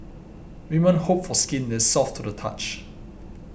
women hope for skin that is soft to the touch